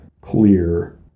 clear